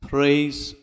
Praise